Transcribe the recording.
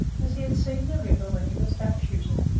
as he had seen the river when he was duck-shooting.